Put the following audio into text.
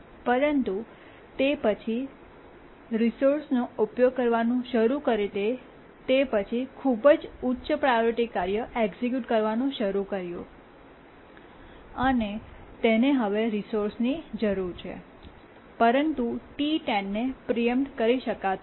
પરંતુ તે પછી તે રિસોર્સનો ઉપયોગ કરવાનું શરૂ કરી દે તે પછી ખૂબ જ ઉચ્ચ પ્રાયોરિટી કાર્ય એક્ઝિક્યુટ કરવાનું શરૂ કર્યું અને તેને હવે રિસોર્સની જરૂર છે પરંતુ T10 ને પ્રીએમ્પ્ટ કરી શકાતો નથી